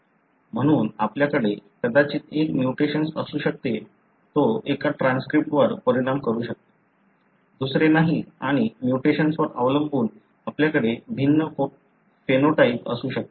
म्हणून आपल्याकडे कदाचित एक म्युटेशन्स असू शकते तो एका ट्रान्सक्रिप्ट वर परिणाम करू शकते दुसरे नाही आणि म्युटेशन्सवर अवलंबून आपल्याकडे भिन्न फेनोटाइप असू शकते